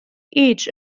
each